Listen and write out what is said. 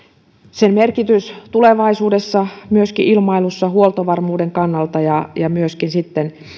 sen merkitys tulevaisuudessa ilmailussa huoltovarmuuden kannalta ja ja myöskin sitten